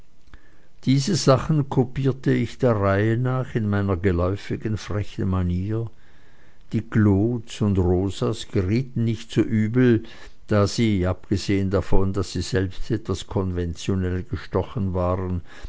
diese sachen kopierte ich der reihe nach in meiner geläufigen frechen manier die claudes und rosas gerieten nicht so übel da sie abgesehen davon daß sie selbst etwas konventionell gestochen waren